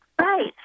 Right